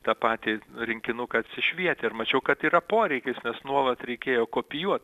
tą patį rinkinuką atsišvietę ir mačiau kad yra poreikis nes nuolat reikėjo kopijuot